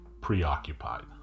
preoccupied